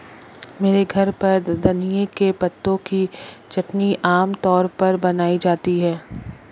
मेरे घर पर धनिए के पत्तों की चटनी आम तौर पर बनाई जाती है